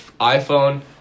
iPhone